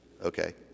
okay